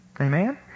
Amen